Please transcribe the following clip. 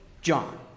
John